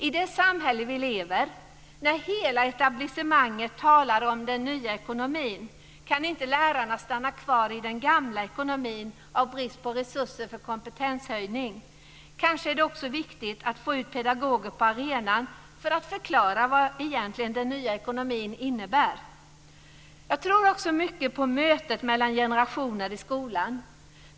I det samhälle vi lever, när hela etablissemanget talar om den nya ekonomin kan inte lärarna stanna kvar i den gamla ekonomin av brist på resurser för kompetenshöjning. Kanske är det också viktigt att få ut pedagoger på arenan för att förklara vad egentligen den nya ekonomin innebär. Jag tror också mycket på mötet mellan generationer i skolan.